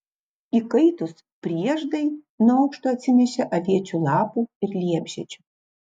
įkaitus prieždai nuo aukšto atsinešė aviečių lapų ir liepžiedžių